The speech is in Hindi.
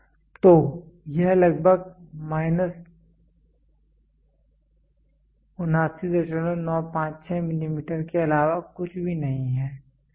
तो यह लगभग माइनस 79956 मिलीमीटर के अलावा कुछ भी नहीं है ठीक है